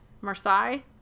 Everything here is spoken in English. Marseille